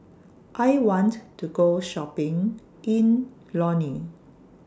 I want to Go Shopping in Lome